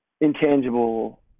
intangible